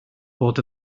bod